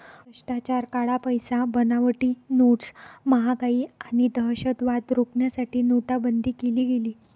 भ्रष्टाचार, काळा पैसा, बनावटी नोट्स, महागाई आणि दहशतवाद रोखण्यासाठी नोटाबंदी केली गेली